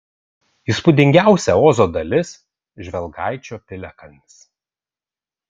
įspūdingiausia ozo dalis žvelgaičio piliakalnis